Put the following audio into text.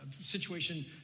situation